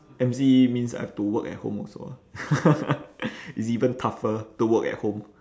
M_C means I have to work at home also ah it's even tougher to work at home